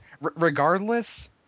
Regardless